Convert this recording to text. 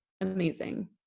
amazing